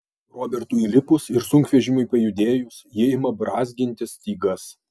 robertui įlipus ir sunkvežimiui pajudėjus ji ima brązginti stygas